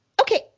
Okay